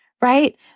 right